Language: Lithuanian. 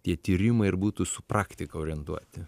tie tyrimai ir būtų su praktika orientuoti